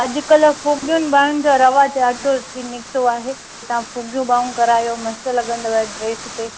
अॼुकल्ह फूकियुनि ॿाहुनि जो रवाजु अथव निकितो आहे तव्हां फूकियूं ॿाहूं करायो मस्तु लॻंदव ड्रेस ते